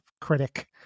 critic